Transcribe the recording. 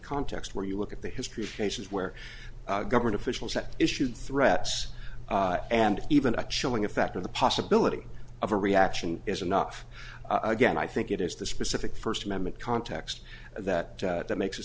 context where you look at the history of cases where government officials that issued threats and even a chilling effect of the possibility of a reaction is enough again i think it is the specific first amendment context that that makes a